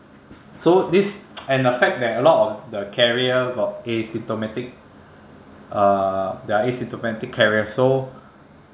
so this and the fact that a lot of the carrier got asymptomatic uh they are asymptomatic carriers so